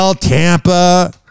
Tampa